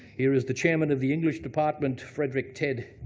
here is the chairman of the english department, frederick ted.